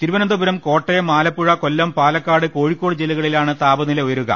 Thiruvananthapuram Kottayam Alappuzha Kollam Palakkad Kozhikode ജില്ലകളിലാണ് താപനില ഉയരുക